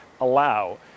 allow